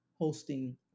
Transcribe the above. hosting